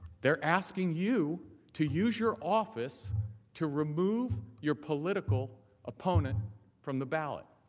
they are asking you to use your office to remove your political opponent from the ballot.